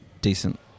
decent